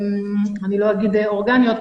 אני לא אגיד אורגניות,